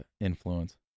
influence